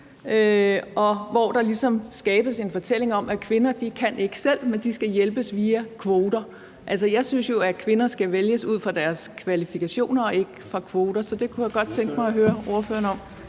ligesom skabes en fortælling om, at kvinder ikke kan selv, men at de skal hjælpes via kvoter? Jeg synes jo, at kvinder skal vælges ud fra deres kvalifikationer og ikke ud fra kvoter. Så det kunne jeg godt tænke mig at høre ordføreren om.